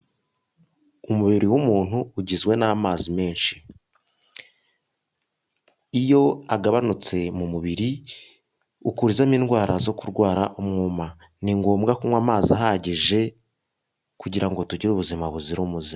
Umubiri w'umuntu ugizwe n'amazi menshi, iyo agabanutse mu mubiri ukurizamo indwara zo kurwara umwuma, ni ngombwa kunywa amazi ahagije kugira ngo tugire ubuzima buzira umuze.